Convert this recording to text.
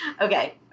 okay